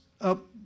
up